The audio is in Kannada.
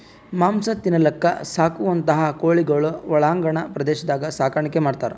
ಮಾಂಸ ತಿನಲಕ್ಕ್ ಸಾಕುವಂಥಾ ಕೋಳಿಗೊಳಿಗ್ ಒಳಾಂಗಣ ಪ್ರದೇಶದಾಗ್ ಸಾಕಾಣಿಕೆ ಮಾಡ್ತಾರ್